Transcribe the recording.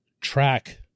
track